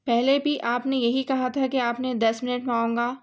پہلے بھی آپ نے یہی کہا تھا کہ آپ نے دس منٹ میں آؤں گا